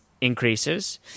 increases